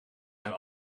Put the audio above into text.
zijn